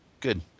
good